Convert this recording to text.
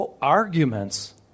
arguments